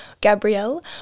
gabrielle